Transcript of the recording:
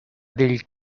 del